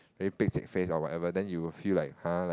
very pek-cek face or whatever then you will feel like !huh! like